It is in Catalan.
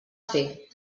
fer